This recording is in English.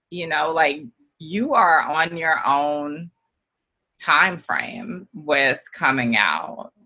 you know like you are on your own timeframe with coming out.